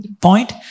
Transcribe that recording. point